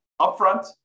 upfront